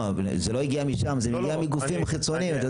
זה לא הגיע משם, זה הגיע מגופים חיצוניים.